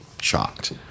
shocked